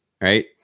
right